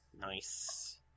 Nice